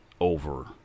over